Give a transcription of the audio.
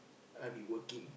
I'll be working